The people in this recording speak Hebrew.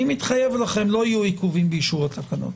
אני מתחייב - לא יהיו עיכובים באישור התקנות.